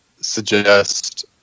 suggest